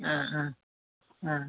ആ ആ ആ